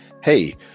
hey